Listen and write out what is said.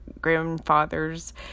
grandfathers